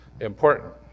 important